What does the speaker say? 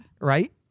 Right